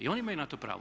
I oni imaju na to pravo.